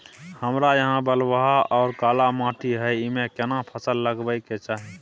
हमरा यहाँ बलूआ आर काला माटी हय ईमे केना फसल लगबै के चाही?